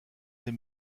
des